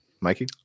Mikey